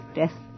death